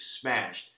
smashed